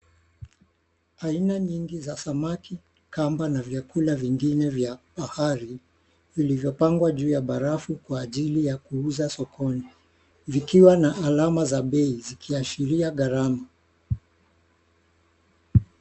Aina nyingi za samaki, kamba na vyakula vingine vya bahari vilivyopangwa juu ya barafu kwa ajili ya kuuza sokoni vikiwa na alama za bei zikiashiria gharama.